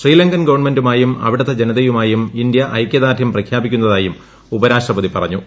ശ്രീലങ്കൻ ഗവൺമെൻുമായും അവിടുത്തെ ജനതയുമായും ഇന്ത്യ ഐക്യദാർഢ്യം പ്രഖ്യാപിക്കുന്നതായും ഉപരാഷ്ട്രപതി പറഞ്ഞു